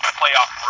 playoff